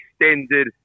extended